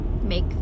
make